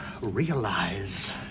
realize